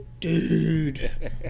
Dude